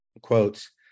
quotes